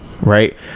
right